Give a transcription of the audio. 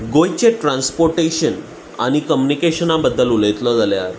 गोंयचें ट्रानसपोर्टेशन आनी कम्युनिकेशना बद्दल उलयतलो जाल्यार